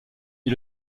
est